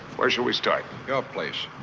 where shall we start? your place.